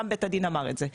גם בית הדין אמר את זה.